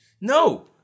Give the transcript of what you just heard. No